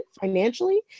financially